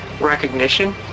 recognition